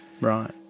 Right